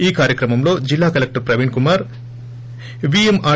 ఈకార్యక్రమంలో జిల్లా collector Praveen Kumar VMR